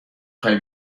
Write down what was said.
خوای